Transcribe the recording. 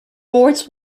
boards